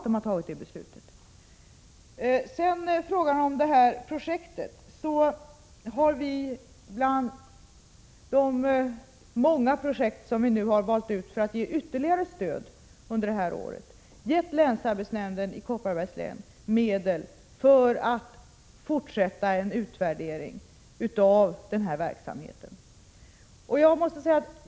Det projekt som det här gäller hör till de många projekt som vi nu har valt ut för att ge ytterligare stöd under detta år. Vi har gett länsarbetsnämnden i Kopparbergs län medel för att fortsätta en utvärdering av denna verksamhet.